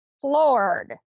Floored